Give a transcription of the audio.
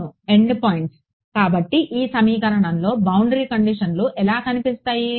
అవును end points కాబట్టి ఈ సమీకరణంలో బౌండరీ కండిషన్లు ఎలా కనిపిస్తాయి